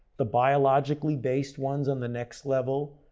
the biologically-based ones on the next level,